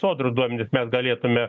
sodros duomenis mes galėtume